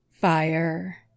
fire